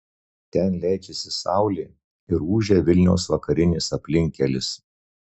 ten leidžiasi saulė ir ūžia vilniaus vakarinis aplinkkelis